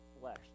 flesh